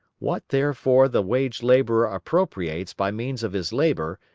what, therefore, the wage-labourer appropriates by means of his labour,